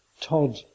Todd